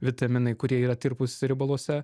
vitaminai kurie yra tirpūs riebaluose